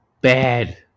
bad